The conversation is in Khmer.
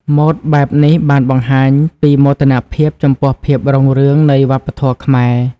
ម៉ូដបែបនេះបានបង្ហាញពីមោទនភាពចំពោះភាពរុងរឿងនៃវប្បធម៌ខ្មែរ។